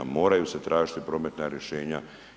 Moraju se tražiti prometna rješenja.